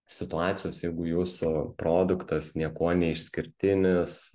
situacijos jeigu jūsų produktas niekuo neišskirtinis